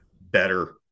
better